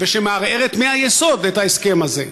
והיא מערערת מהיסוד את ההסכם הזה.